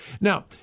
Now